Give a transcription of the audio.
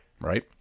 Right